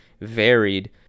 varied